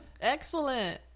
excellent